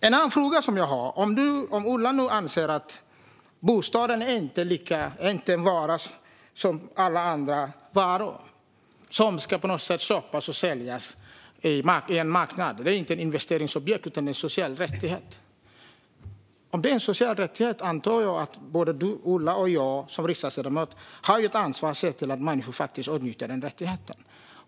En annan fråga: Om Ola nu anser att bostaden inte är en vara som andra som ska köpas och säljas på en marknad, att den inte är ett investeringsobjekt utan en social rättighet, då antar jag att både Ola och jag har ett ansvar som riksdagsledamöter att se till att människor faktiskt åtnjuter den rättigheten.